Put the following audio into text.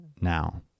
now